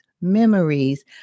memories